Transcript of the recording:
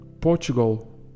Portugal